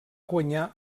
guanyar